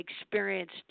experienced